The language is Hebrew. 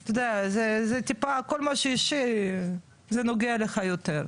אתה יודע זה טיפה כל מה שאישי זה נוגע לך יותר.